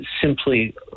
simply